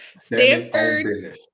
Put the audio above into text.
Stanford